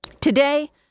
Today